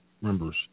members